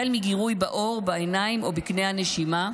החל מגירוי בעור, בעיניים או בקנה הנשימה,